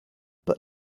but